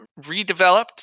redeveloped